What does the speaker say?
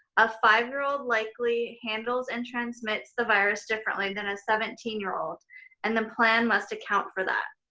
a five-year-old likely handles and transmits the virus differently than a seventeen year old and the plan must account for that.